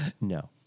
No